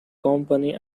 company